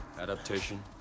adaptation